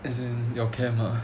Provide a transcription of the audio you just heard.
is in your camp ah